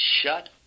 shut